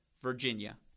Virginia